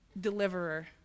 deliverer